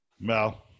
Mel